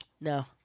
No